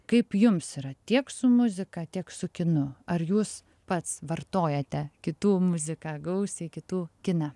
kaip jums yra tiek su muzika tiek su kinu ar jūs pats vartojate kitų muziką gausiai kitų kiną